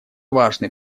важный